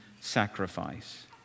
sacrifice